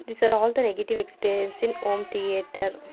these are all the negative experience in home theatre